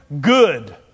good